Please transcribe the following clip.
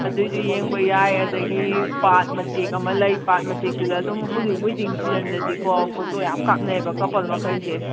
ꯑꯗꯨꯏꯗꯣ ꯌꯦꯡꯕ ꯌꯥꯏ ꯑꯗꯒꯤ ꯄꯥꯠ ꯃꯇꯦꯛ ꯑꯃ ꯂꯩ ꯄꯥꯠ ꯃꯇꯦꯛꯇꯨꯗ ꯑꯗꯨꯝ ꯍꯧꯖꯤꯛ ꯋꯦꯗꯤꯡ ꯁꯤꯖꯟꯗꯗꯤꯀꯣ ꯐꯣꯇꯣ ꯃꯌꯥꯝ ꯀꯥꯞꯅꯩꯑꯕ ꯀꯄꯜ ꯃꯈꯩꯁꯦ